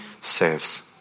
serves